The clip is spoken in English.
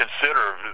consider